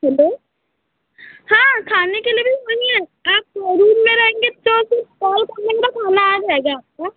hello हाँ खाने के लिए भी वहीं है आप रूम में रहेंगे तो कॉल कर देंगे खाना आ जाएगा आपका